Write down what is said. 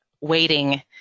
waiting